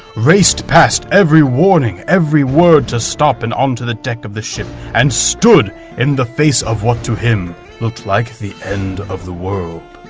races past every warning, every word to stop and onto the deck of the ship and stood in the face of what to him looked like the end of the world.